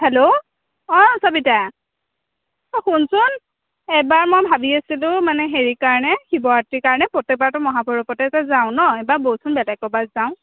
hello অঁ চবিতা অঁ শুনচোন এবাৰ মই ভাবি আছিলোঁ মানে হেৰিৰ কাৰণে শিৱৰাত্ৰিৰ কাৰণে প্ৰত্যেক বাৰেতো মহাভৈৰৱতেটো যাওঁ ন এইবাৰ ব'লচোন বেলেগ ক'ৰবাত যাওঁ